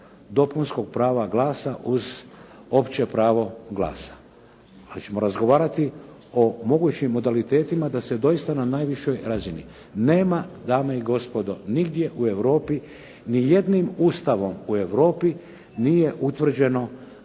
dopunskog prava glasa uz opće pravo glasa. Ali ćemo razgovarati o mogućim modalitetima da se doista, na najvišoj razini nema dame i gospodo nigdje u Europi ni jednim Ustavom u Europi nije utvrđeno